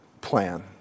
plan